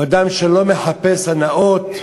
הוא אדם שלא מחפש הנאות,